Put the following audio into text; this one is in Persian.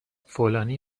فلانی